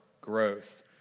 growth